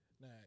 Now